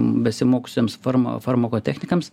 besimokiusiems farma farmakotechnikams